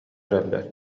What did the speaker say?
эрэллэр